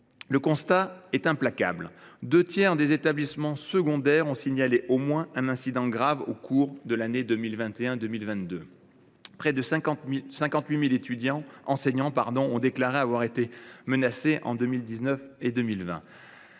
Le constat est implacable. Deux tiers des établissements secondaires ont signalé au moins un incident grave au cours de l’année scolaire 2021 2022. Près de 58 000 enseignants ont déclaré avoir été menacés en 2019 2020.